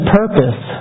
purpose